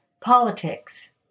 politics